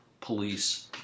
police